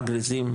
גריזים,